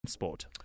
sport